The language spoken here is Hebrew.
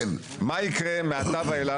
מה יקרה מעתה ואילך,